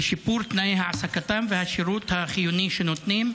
ולשפר את תנאי העסקתם והשירות החיוני שנותנים?